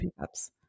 pickups